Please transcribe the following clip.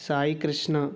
Saikrishna